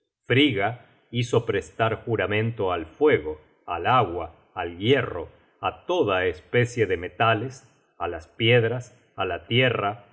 frigga hizo prestar juramento al fuego al agua al hierro á toda especie de metales á las piedras á la tierra